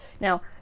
Now